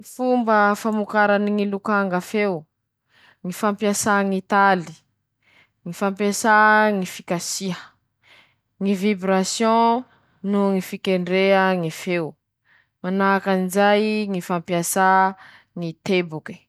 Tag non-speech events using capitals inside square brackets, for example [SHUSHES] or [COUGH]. Dreto aby ñy karazany ñy tsofa noho ñy fomba fampiasa ñ'azy: -Misy ñy tsofa mahazatsy, ampiasa aminy ñy fitsahara na ñy fivoria miaraky aminy ñy fianakavia; [SHUSHES] -Misy ñy tsofa mahazatsy miforo, ampiasa aminy ñy efitsy malalaky; -Misy ñy tsofa kelikely, ampiasa aminy ñy toera kelikely; -Misy ñy tsofa mihazakazake ampiasa aminy ñy toera fiala.